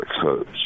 coach